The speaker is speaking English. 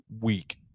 week